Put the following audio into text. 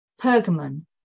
Pergamon